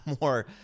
more